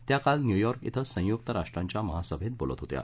त्या काल न्यूयॉर्क इथं संयुक्त राष्ट्रांच्या महासभेत बोलत होत्या